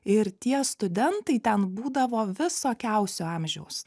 ir tie studentai ten būdavo visokiausio amžiaus